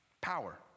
power